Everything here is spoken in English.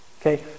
okay